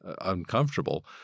uncomfortable